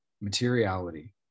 materiality